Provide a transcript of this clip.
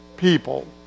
People